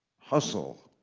hustle.